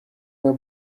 were